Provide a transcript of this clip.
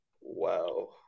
Wow